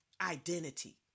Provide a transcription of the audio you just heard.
identity